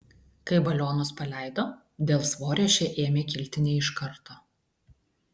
kai balionus paleido dėl svorio šie ėmė kilti ne iš karto